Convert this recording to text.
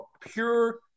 pure